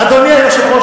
אדוני היושב-ראש,